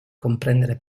comprendere